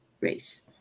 race